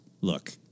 look